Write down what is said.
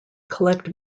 collect